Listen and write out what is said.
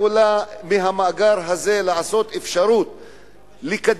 יכולה לעשות ממנו אפשרות לקדם,